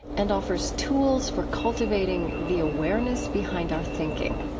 and offers tools for cultivating the awareness behind our thinking.